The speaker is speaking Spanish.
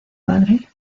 padre